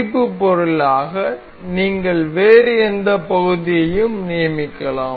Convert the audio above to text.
குறிப்பு பொருளாக நீங்கள் வேறு எந்த பகுதியையும் நியமிக்கலாம்